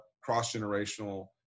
cross-generational